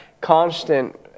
constant